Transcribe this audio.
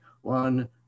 one